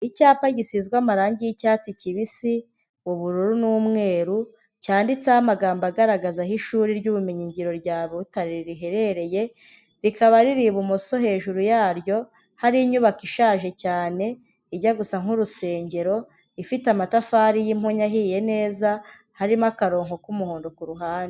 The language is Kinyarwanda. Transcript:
Icyapa gisize amarangi y'icyatsi kibisi, ubururu n'umweru cyanditseho amagambo agaragaza aho ishuri ry'ubumenyingiro rya Butare riherereye, rikaba riri ibumoso hejuru yaryo hari inyubako ishaje cyane ijya gusa nk'urusengero, ifite amatafari y'impunyu ahiye neza, harimo akarongo k'umuhondo ku ruhande.